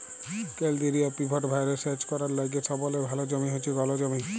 কেলদিরিয় পিভট ভাঁয়রে সেচ ক্যরার লাইগে সবলে ভাল জমি হছে গল জমি